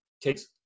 takes